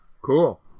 Cool